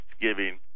Thanksgiving